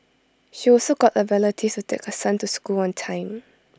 she also got A relative to take her son to school on time